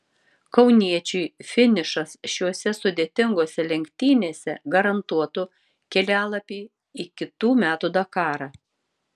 kauniečiui finišas šiose sudėtingose lenktynėse garantuotų kelialapį į kitų metų dakarą